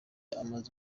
amaze